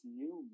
new